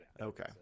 okay